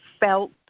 felt